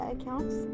accounts